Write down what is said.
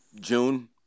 June